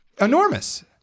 Enormous